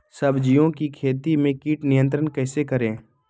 सब्जियों की खेती में कीट नियंत्रण कैसे करें?